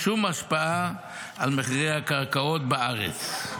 שום השפעה על מחירי הקרקעות בארץ.